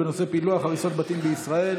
בנושא פילוח הריסות בתים בישראל.